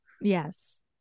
Yes